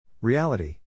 Reality